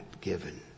given